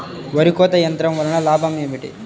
వరి కోత యంత్రం వలన లాభం ఏమిటి?